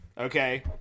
Okay